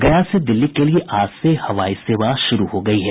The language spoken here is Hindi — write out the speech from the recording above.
गया से दिल्ली के लिये आज से हवाई सेवा शुरू हो गयी है